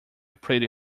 pretty